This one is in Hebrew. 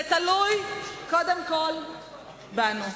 זה תלוי קודם כול בנו".